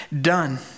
done